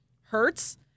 hurts